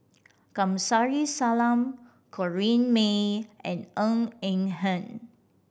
Kamsari Salam Corrinne May and Ng Eng Hen